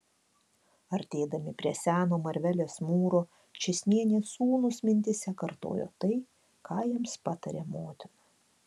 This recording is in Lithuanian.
artėdami prie seno marvelės mūro čėsnienės sūnūs mintyse kartojo tai ką jiems patarė motina